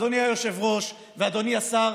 אדוני היושב-ראש ואדוני השר,